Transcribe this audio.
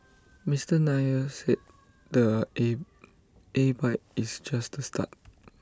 Mr Nair said the A A bike is just the start